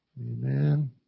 Amen